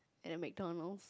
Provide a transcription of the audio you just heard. and a McDonald's